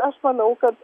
aš manau kad